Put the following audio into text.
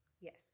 Yes